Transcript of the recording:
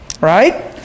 right